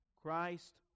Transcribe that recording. Christ